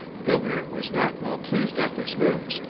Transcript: the governor was not well pleased at this news,